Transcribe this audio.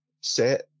set